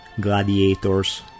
gladiators